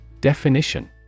Definition